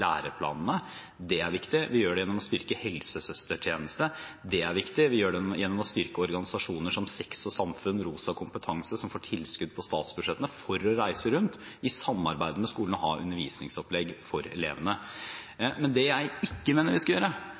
læreplanene. Det er viktig. Vi gjør det gjennom å styrke helsesøstertjenesten. Det er viktig. Vi gjør det gjennom å styrke organisasjoner som Sex og samfunn og Rosa kompetanse, som får tilskudd over statsbudsjettene til å reise rundt og i samarbeid med skolene ha et undervisningsopplegg for elevene. Det jeg mener vi ikke skal gjøre,